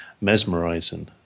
mesmerizing